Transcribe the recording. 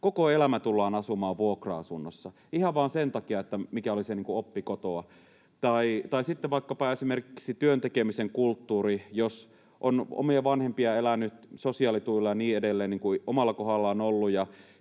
koko elämä tullaan asumaan vuokra-asunnossa. Ihan vaan sen takia, mikä oli se oppi kotoa. Tai sitten vaikkapa esimerkiksi työntekemisen kulttuuri. Jos on omia vanhempia elänyt sosiaalituilla ja niin edelleen, niin kuin omalla kohdallani on ollut,